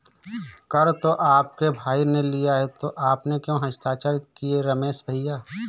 कर तो आपके भाई ने लिया है तो आपने क्यों हस्ताक्षर किए रमेश भैया?